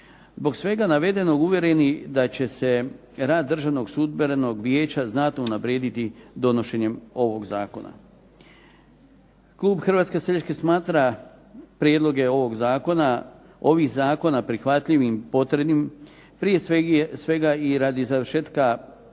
Zbog svega navedenog uvjereni da će se rad Državnog sudbenog vijeća znatno unaprijediti donošenjem ovog zakona. Klub Hrvatske seljačke smatra prijedloge ovog zakona, ovih zakona prihvatljivim, potrebnim, prije svega i radi završetka pregovora,